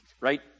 right